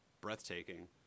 breathtaking